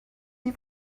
die